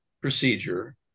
procedure